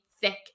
thick